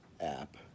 app